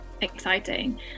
exciting